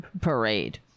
Parade